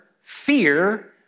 fear